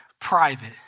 private